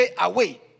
away